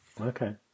Okay